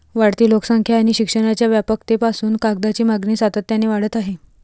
वाढती लोकसंख्या आणि शिक्षणाच्या व्यापकतेपासून कागदाची मागणी सातत्याने वाढत आहे